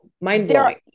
mind-blowing